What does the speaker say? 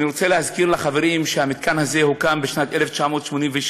אני רוצה להזכיר לחברים שהמתקן הזה הוקם בשנת 1986,